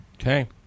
Okay